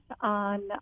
on